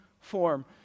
form